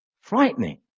frightening